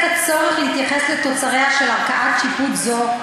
הצורך להתייחס לתוצריה של ערכאת שיפוט זו,